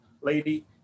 lady